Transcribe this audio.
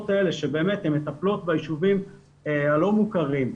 האלה שבאמת הן מטפלות ביישובים הלא מוכרים.